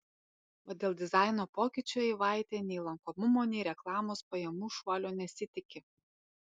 o dėl dizaino pokyčių eivaitė nei lankomumo nei reklamos pajamų šuolio nesitiki